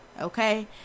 okay